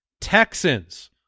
Texans